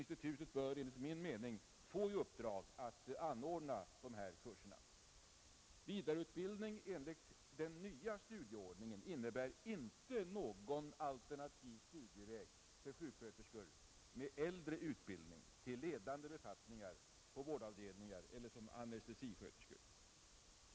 Institutet bör enligt min mening få i uppdrag att anordna dessa kurser. Vidareutbildning enligt den nya studieordningen innebär inte någon alternativ studieväg för sjuksköterskor med äldre utbildning till ledande befattningar på vårdavdelningar eller som anestesisköterskor.